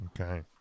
Okay